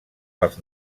pels